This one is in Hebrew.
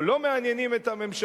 או לא מעניינים את הממשלה,